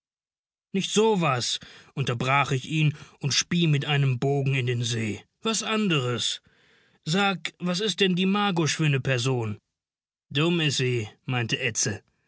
nicht so was unterbrach ich ihn und spie mit einem bogen in den see was anderes sag was ist denn die margusch für ne person dumm is sie meinte edse